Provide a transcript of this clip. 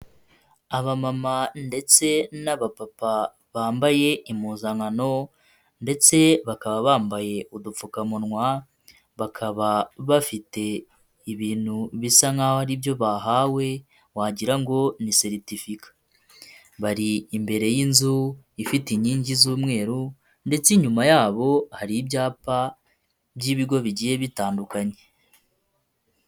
Abamama ndetse n'abapapa bambaye impuzankano ndetse bakaba bambaye udupfukamunwa, bakaba bafite ibintu bisa nk'aho aribyo bahawe wagira ngo ni seritifika, bari imbere y'inzu ifite inkingi z'umweru ndetse inyuma yabo hari ibyapa by'ibigo bigiye bitandukanye.